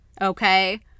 okay